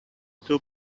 two